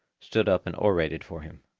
stood up and orated for him.